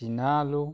চীনা আলু